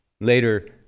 later